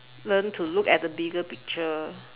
learn to look at the bigger picture